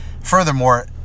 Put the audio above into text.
furthermore